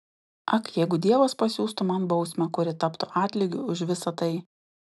ak jeigu dievas pasiųstų man bausmę kuri taptų atlygiu už visa tai